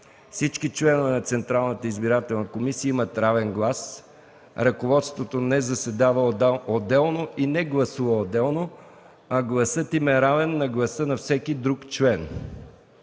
Всички членове на ЦИК имат равен глас, ръководството не заседава отделно и не гласува отделно, а гласът им е равен на гласа на всеки друг член.